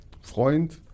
Freund